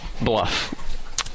bluff